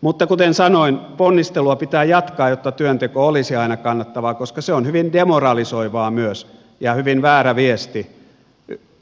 mutta kuten sanoin ponnistelua pitää jatkaa jotta työnteko olisi aina kannattavaa koska se on hyvin demoralisoivaa myös ja hyvin väärä viesti